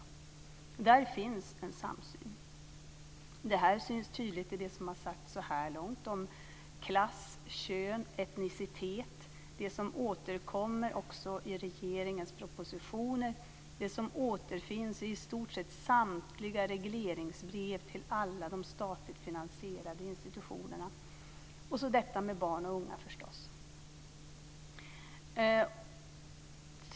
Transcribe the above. Där finns en samsyn. Det här syns också tydligt i det som har sagts så här långt om klass, kön och etnicitet, och det återkommer också i regeringens propositioner liksom i i stort sett samtliga regleringsbrev till alla de statligt finansierade institutionerna. Det syns också när det gäller barn och ungdomar.